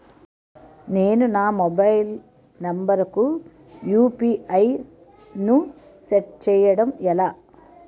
నేను నా mobile number కుయు.పి.ఐ ను సెట్ చేయడం ఎలా?